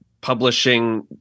publishing